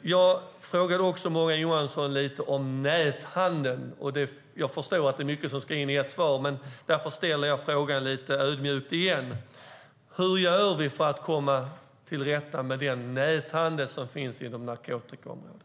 Jag frågade Morgan Johansson lite grann om näthandeln. Jag förstår att det var mycket som skulle rymmas i ett svar, och därför ställer jag frågan lite ödmjukt igen: Hur gör vi för att komma till rätta med den näthandel som finns på narkotikaområdet?